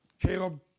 Caleb